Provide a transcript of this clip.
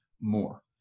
more